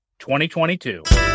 2022